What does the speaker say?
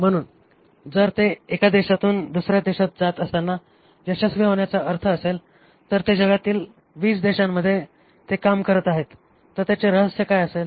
म्हणून जर ते एका देशातून दुसर्या देशात जात असताना यशस्वी होण्याचा अर्थ असेल तर ते जगातील 20 देशांमध्ये ते काम करत आहेत तर त्याचे रहस्य काय असेल